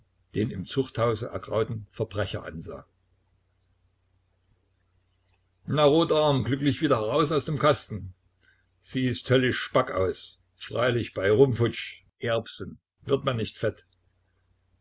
den im zuchthause ergrauten verbrecher ansah na rotarm glücklich wieder heraus aus dem kasten siehst höllisch spack aus freilich bei rumfutsch erbsen wird man nicht fett